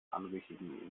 anrüchigen